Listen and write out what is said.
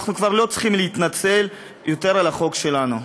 אנחנו כבר לא צריכים להתנצל על החג שלנו.